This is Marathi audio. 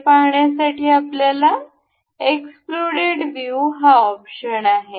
ते पाहण्यासाठी आपल्याकडे एक्स्प्लोडेड व्ह्यू हा ऑप्शन आहे